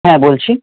হ্যাঁ বলছি